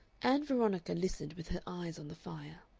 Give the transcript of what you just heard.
ann veronica listened with her eyes on the fire.